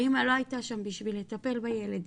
האימא לא היתה שם בשביל לטפל בילד.